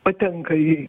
patenka į